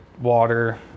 water